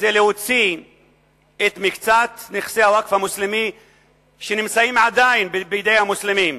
להוציא את מקצת נכסי הווקף המוסלמי שנמצאים עדיין בידי המוסלמים,